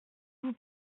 vous